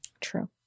true